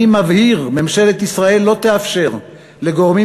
אני מבהיר: ממשלת ישראל לא תאפשר לגורמים